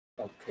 Okay